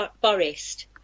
Forest